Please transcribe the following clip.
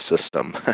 system